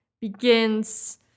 begins